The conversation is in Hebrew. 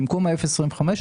במקום 0.25%,